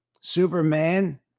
Superman